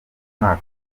umwaka